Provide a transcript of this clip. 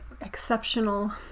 exceptional